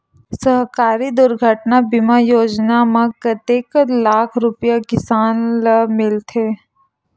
सहकारी दुर्घटना बीमा योजना म कतेक लाख रुपिया किसान ल मिलथे?